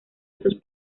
esos